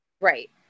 Right